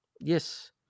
Yes